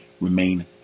remain